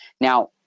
Now